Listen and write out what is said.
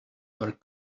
were